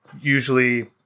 usually